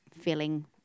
feeling